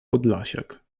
podlasiak